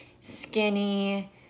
skinny